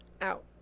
out